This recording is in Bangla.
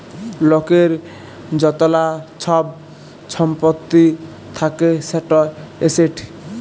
লকের য্তলা ছব ছম্পত্তি থ্যাকে সেট এসেট